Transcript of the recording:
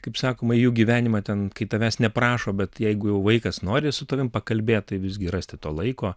kaip sakoma jų gyvenimą ten kai tavęs neprašo bet jeigu jau vaikas nori su tavim pakalbėt tai visgi rasti to laiko